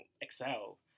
excel